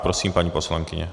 Prosím, paní poslankyně.